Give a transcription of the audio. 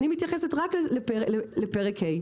אני מתייחסת רק לפרק ה'.